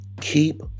Keep